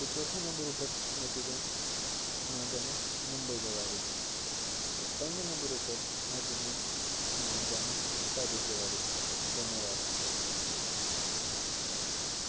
ते चौथे नंबर उप्पर में तुसेंगी सनाना चाह्न्नां मुंबई दे बारै च ते पंञमें नंबर उप्पर में तुसेंगी सनाना चाह्न्नां पेरिस दे बारै च